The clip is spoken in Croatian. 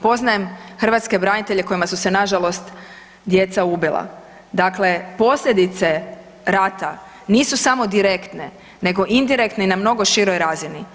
Poznajem hrvatske branitelje kojima su se nažalost djeca ubila, dakle posljedice rata nisu samo direktne nego indirektne i na mnogo široj razini.